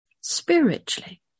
spiritually